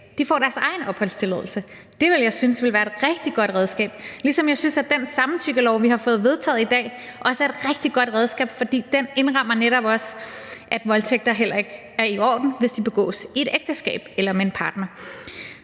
får deres egen opholdstilladelse. Det ville jeg synes ville være et rigtig godt redskab, ligesom jeg synes, at den samtykkelov, vi har fået vedtaget i dag, også er et rigtig godt redskab, fordi den netop også indrammer, at voldtægter heller ikke er i orden, hvis de begås i et ægteskab eller med en partner.